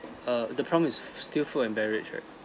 err the prompt is still food and beverage right